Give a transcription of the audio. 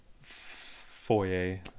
foyer